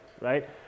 right